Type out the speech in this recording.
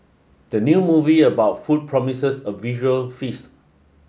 the new movie about food promises a visual feast